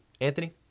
Anthony